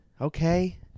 Okay